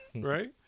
Right